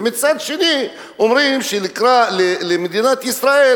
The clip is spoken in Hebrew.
ומצד שני, אומרים שנקרא למדינת ישראל,